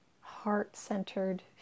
heart-centered